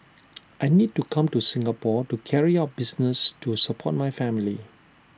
I need to come to Singapore to carry out business to support my family